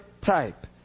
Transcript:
type